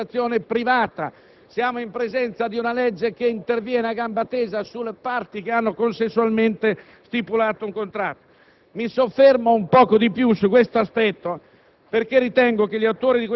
al legislatore la discrezionalità di intervenire nella contrattazione privata. Siamo in presenza di una legge che interviene a gamba tesa sulle parti che hanno consensualmente stipulato un contratto.